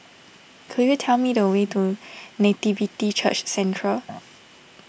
could you tell me the way to Nativity Church Centre